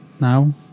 now